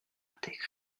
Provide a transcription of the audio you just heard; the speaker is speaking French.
intégrée